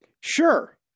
Sure